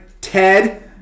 Ted